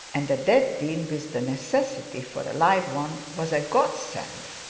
and a dead dean with the necessity for a live one was a godsend.